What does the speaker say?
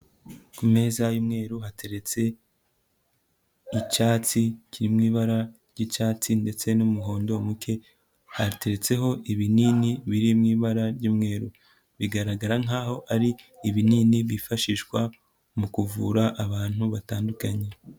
Ku meza y'umweru, hateretse icyatsi kiri mu ibara ry'icyatsi ndetse n'umuhondo muke, hatetseho ibinini biri mu ibara ry'umweru, bigaragara nk'aho ari ibinini byifashishwa mu kuvura abantu batandukanye.